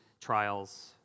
trials